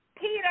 Peter